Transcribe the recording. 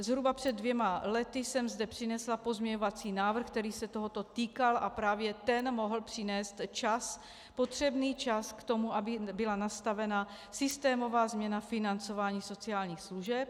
Zhruba před dvěma lety jsem zde přinesla pozměňovací návrh, který se tohoto týkal, a právě ten mohl přinést čas potřebný čas k tomu, aby byla nastavena systémová změna financování sociálních služeb.